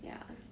ya